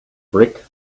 brick